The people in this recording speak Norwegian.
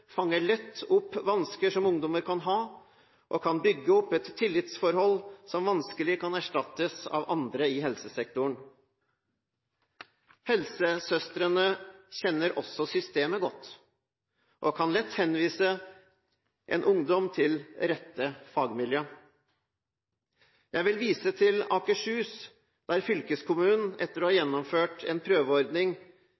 fanger lett opp vansker som ungdommer kan ha, og kan bygge opp et tillitsforhold som vanskelig kan erstattes av andre i helsesektoren. Helsesøstrene kjenner også systemet godt og kan lett henvise en ungdom til rette fagmiljø. Jeg vil vise til Akershus, der fylkeskommunen – etter å ha